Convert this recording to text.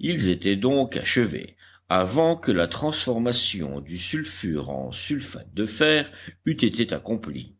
ils étaient donc achevés avant que la transformation du sulfure en sulfate de fer eût été accomplie